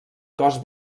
cos